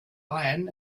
iron